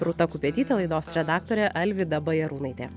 rūta kupetytė laidos redaktorė alvyda bajarūnaitė